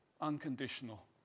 unconditional